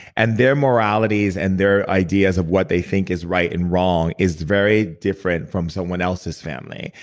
and their moralities and their ideas of what they think is right and wrong is very different from someone else's family,